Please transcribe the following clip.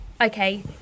okay